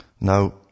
Now